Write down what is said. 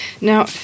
Now